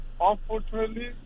Unfortunately